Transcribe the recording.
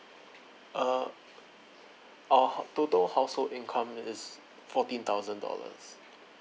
uh our total household income is fourteen thousand dollars